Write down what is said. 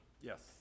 Yes